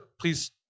please